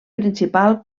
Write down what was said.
principal